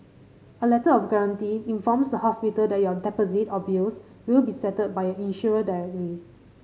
a letter of guarantee informs the hospital that your deposit or bills will be settled by your insurer directly